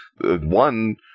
One